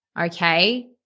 Okay